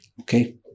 Okay